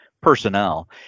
personnel